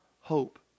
hope